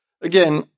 Again